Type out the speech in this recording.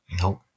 Nope